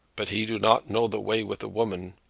but he do not know the way with a woman.